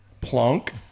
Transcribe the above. Plunk